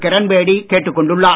கிரண் பேடி கேட்டுக் கொண்டுள்ளார்